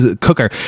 cooker